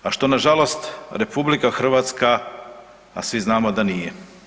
A što nažalost RH, a svi znamo da nije.